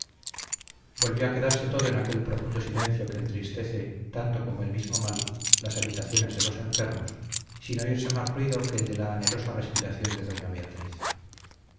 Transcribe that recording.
volvió a quedarse todo en aquel profundo silencio que entristece tanto como el mismo mal las habitaciones de los enfermos sin oírse más ruido que el de la anhelosa respiración de doña beatriz